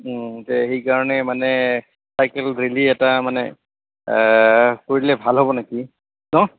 এই সেইকাৰণে মানে চাইকেল ৰেলি এটা মানে কৰিলে ভাল হ'ব নেকি ন